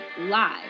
live